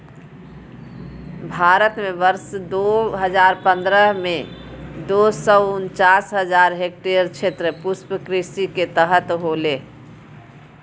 भारत में वर्ष दो हजार पंद्रह में, दो सौ उनचास हजार हेक्टयेर क्षेत्र पुष्पकृषि के तहत होले